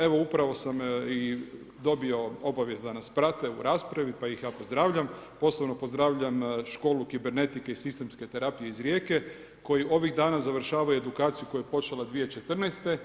Evo upravo sam i dobio obavijest da nas prate u raspravi pa ih ja pozdravljam, posebno pozdravljam školu kibernetike i sistemske terapije iz Rijeke koji ovih dana završavaju edukaciju koja je počela 2014.